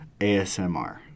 ASMR